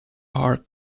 are